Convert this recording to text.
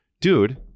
Dude